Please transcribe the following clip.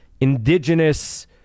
indigenous